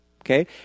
okay